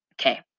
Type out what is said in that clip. Okay